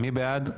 מי בעד?